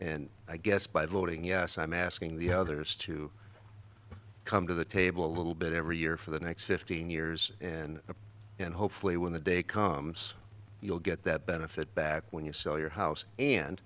and i guess by voting yes i'm asking the others to come to the table a little bit every year for the next fifteen years and then hopefully when the day comes you'll get that benefit back when you sell your house